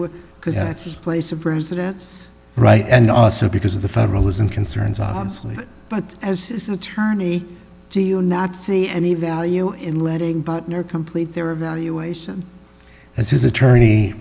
that's his place of residence right and also because of the federalism concerns obviously but as is attorney do you not see any value in letting near complete their evaluation as his attorney